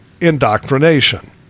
indoctrination